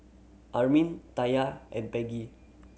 Armin Taya and Peggie